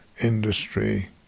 industry